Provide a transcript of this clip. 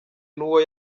n’uwo